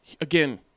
Again